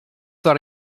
that